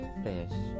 fish